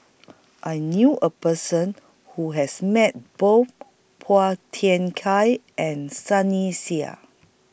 I knew A Person Who has Met Both Phua Kiay and Sunny Sia